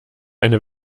eine